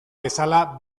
bezala